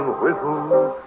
whistles